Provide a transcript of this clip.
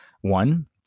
one